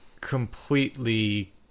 completely